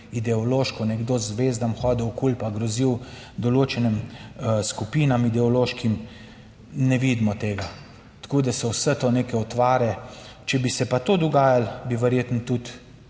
ideološko nekdo z zvezdami hodil v okoli in grozil določenim skupinam, ideološkim ne vidimo tega. Tako da so vse to neke utvare, če bi se pa to dogajalo, bi verjetno tudi